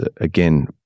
again